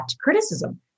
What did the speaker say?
criticism